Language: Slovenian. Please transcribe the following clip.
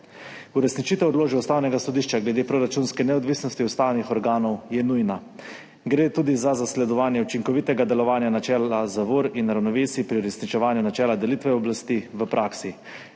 Uresničitev odločbe Ustavnega sodišča glede proračunske neodvisnosti ustavnih organov je nujna. Gre tudi za zasledovanje učinkovitega delovanja načela zavor in ravnovesij pri uresničevanju načela delitve oblasti v praksi.